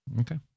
Okay